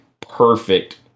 perfect